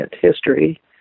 history